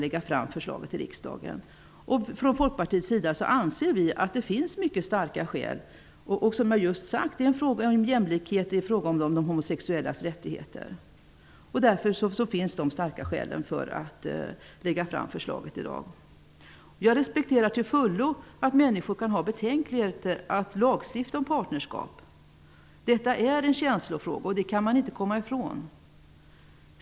Vi i Folkpartiet anser att det finns mycket starka skäl för att lägga fram förslaget i dag. Det är en fråga om jämlikhet och om de homosexuellas rättigheter. Jag respekterar till fullo att människor kan har betänkligheter inför att lagstifta om partnerskap. Detta är en känslofråga; det kan man inte komma ifrån.